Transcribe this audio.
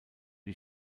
die